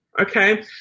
okay